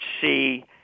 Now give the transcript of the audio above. see